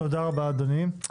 תודה רבה, אדוני.